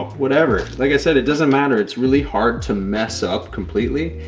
whatever, like i said, it doesn't matter. it's really hard to mess up completely,